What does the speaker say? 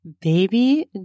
baby